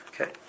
Okay